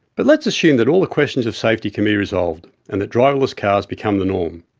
but let's assume that all the questions of safety can be resolved, and that driverless cars become the norm.